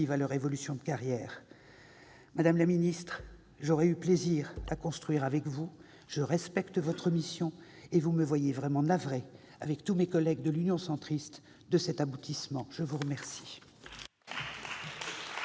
à leurs évolutions de carrière. Madame la ministre, j'aurais eu plaisir à construire avec vous ; je respecte votre mission et vous me voyez vraiment navrée, avec tous mes collègues de l'Union Centriste, de cet aboutissement. Bravo ! La parole